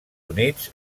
units